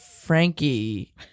Frankie